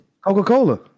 coca-cola